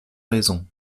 raison